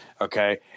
okay